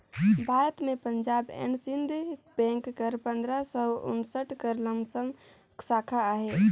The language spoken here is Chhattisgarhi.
भारत में पंजाब एंड सिंध बेंक कर पंदरा सव उन्सठ कर लमसम साखा अहे